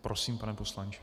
Prosím, pane poslanče.